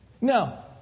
Now